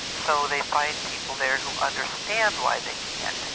so they find people there who understand why they can't,